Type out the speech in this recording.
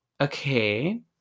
okay